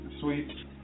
Sweet